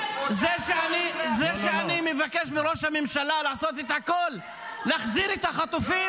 זה שאני מבקש מראש הממשלה לעשות את הכול ולהחזיר את החטופים,